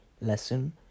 lesson